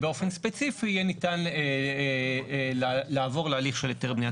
באופן ספציפי יהיה ניתן לעבור להליך של היתר בנייה.